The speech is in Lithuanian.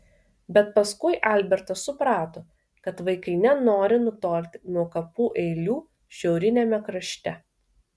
bet paskui albertas suprato kad vaikai nenori nutolti nuo kapų eilių šiauriniame krašte